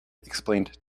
explained